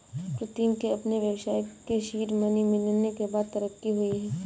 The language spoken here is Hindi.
प्रीतम के अपने व्यवसाय के सीड मनी मिलने के बाद तरक्की हुई हैं